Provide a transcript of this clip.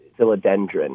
philodendron